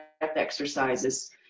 exercises